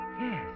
Yes